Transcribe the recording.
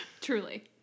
truly